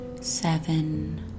seven